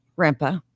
Grandpa